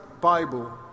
Bible